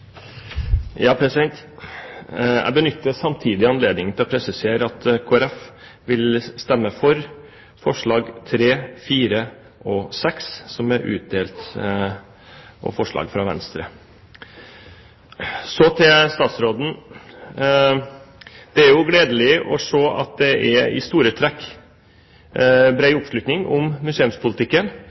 Jeg benytter anledningen til å presisere at Kristelig Folkeparti vil stemme for de omdelte forslagene nr. 3, 4 og 6, fra Venstre. Så til statsråden. Det er jo gledelig å se at det i store trekk er bred oppslutning om museumspolitikken,